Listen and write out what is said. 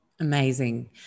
Amazing